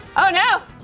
oh no.